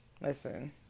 Listen